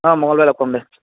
অঁ মংগলবাৰে লগ পাম দে